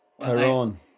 Tyrone